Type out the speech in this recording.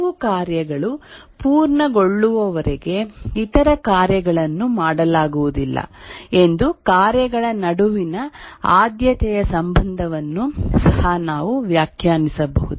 ಕೆಲವು ಕಾರ್ಯಗಳು ಪೂರ್ಣಗೊಳ್ಳುವವರೆಗೆ ಇತರ ಕಾರ್ಯಗಳನ್ನು ಮಾಡಲಾಗುವುದಿಲ್ಲ ಎಂದು ಕಾರ್ಯಗಳ ನಡುವಿನ ಆದ್ಯತೆಯ ಸಂಬಂಧವನ್ನು ಸಹ ನಾವು ವ್ಯಾಖ್ಯಾನಿಸಬಹುದು